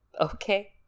okay